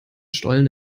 stollen